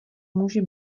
může